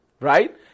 Right